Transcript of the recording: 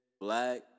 black